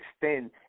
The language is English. extend